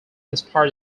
inspire